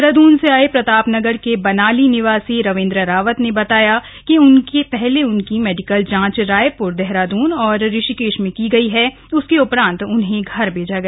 देहरादून से आए प्रताप नगर के बनाली निवासी रविंद्र रावत ने बताया कि पहले उनकी मेडिकल जांच रायप्र देहरादून और ऋषिकेश में की गई है उसके उपरांत उन्हें घर भेजा गया